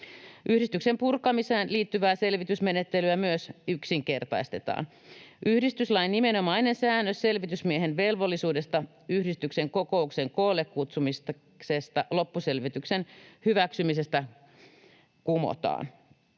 Yhdistyksen purkamiseen liittyvää selvitysmenettelyä myös yksinkertaistetaan. Yhdistyslain nimenomainen säännös selvitysmiehen velvollisuudesta yhdistyksen kokouksen koolle kutsumisesta loppuselvityksen hyväksymistä varten kumotaan.